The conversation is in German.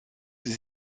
sie